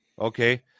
Okay